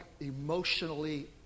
emotionally